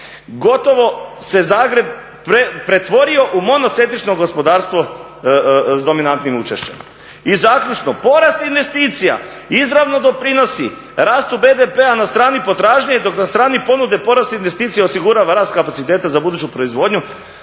gotovo se Zagreb pretvorio u monocentrično gospodarstvo s dominantnim učešćem. I zaključno, porast investicija izravno doprinosi rastu BDP-a na strani potražnje dok na strani ponude porast investicija osigurava rast kapaciteta za buduću proizvodnju